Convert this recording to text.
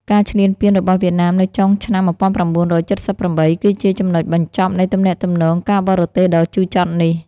ការឈ្លានពានរបស់វៀតណាមនៅចុងឆ្នាំ១៩៧៨ គឺជាចំណុចបញ្ចប់នៃទំនាក់ទំនងការបរទេសដ៏ជូរចត់នេះ។